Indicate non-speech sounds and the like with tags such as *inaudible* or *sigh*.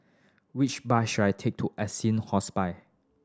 which bus should I take to *unintelligible* Hospice